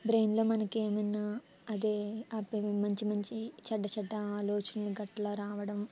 బ్రెయిన్లో మనకి ఏమన్నా అదే అబే మంచి మంచి చెడ్డ చెడ్డ ఆలోచనలు అలా రావడం